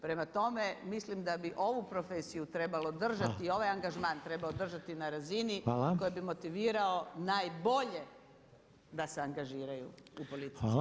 Prema tome, mislim da bi ovu profesiju trebalo držati i ovaj angažman trebalo držati na razini koja bi motivirala najbolje da se angažiraju u politici.